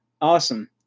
Awesome